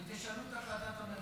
ותשנו את החלטת הממשלה.